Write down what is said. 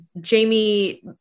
Jamie